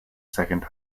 second